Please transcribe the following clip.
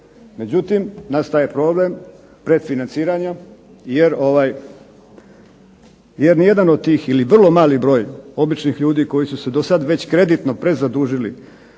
Međutim, nastaje problem predfinanciranja, jer nijedan od tih ili vrlo mali broj običnih ljudi koji su se do sada već kreditno prezadužili,